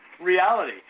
reality